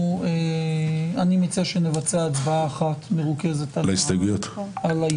אני מציע שנעשה הצבעה אחת מרוכזת על ההסתייגויות,